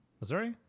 Missouri